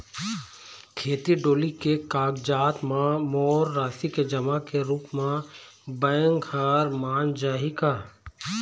खेत डोली के कागजात म मोर राशि के जमा के रूप म बैंक हर मान जाही का?